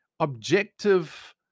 objective